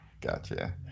Gotcha